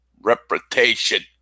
reputation